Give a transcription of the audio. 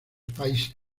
países